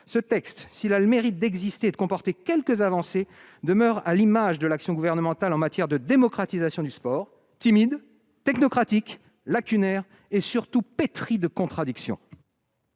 Ce texte, s'il a le mérite d'exister et de comporter quelques avancées, demeure à l'image de l'action gouvernementale en matière de démocratisation du sport : timide, technocratique, lacunaire et, surtout, pétri de contradictions.